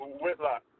Whitlock